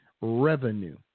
Revenue